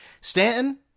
Stanton